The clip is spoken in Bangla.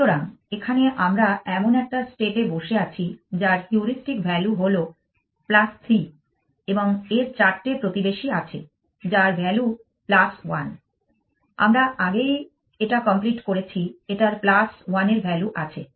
সুতরাং এখানে আমরা এমন একটা state এ বসে আছি যার হিউড়িস্টিক ভ্যালু হল 3 এবং এর চারটে প্রতিবেশী আছে যার ভ্যালু 1 আমরা আগেই এটা কমপ্লিট করেছি এটার 1 এর ভ্যালু আছে